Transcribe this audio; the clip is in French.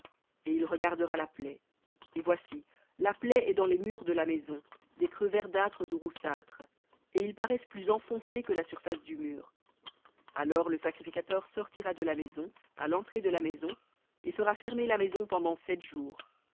et il regardera la plaie et voici la plaie est dans les murs de la maison des creux verdâtres ou roussâtres et ils paraissent plus enfoncés que la surface du mur alors le sacrificateur sortira de la maison à l'entrée de la maison et fera fermer la maison pendant sept jours